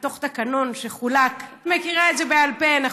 בתוך תקנון שחולק, את מכירה את זה בעל פה.